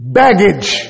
baggage